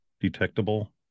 detectable